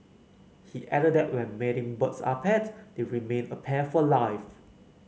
he added that when mating birds are paired they remain a pair for life